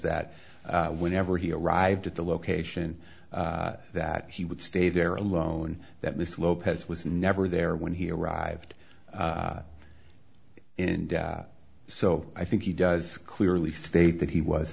that whenever he arrived at the location that he would stay there alone that this lopez was never there when he arrived and so i think he does clearly state that he was